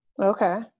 Okay